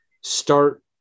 Start